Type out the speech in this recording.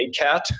ACAT